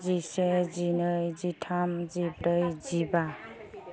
जिसे जिनै जिथाम जिब्रै जिबा